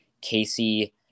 Casey